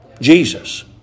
Jesus